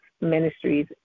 Ministries